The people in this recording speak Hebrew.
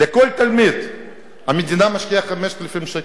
בכל תלמיד המדינה משקיעה 5,000 שקל.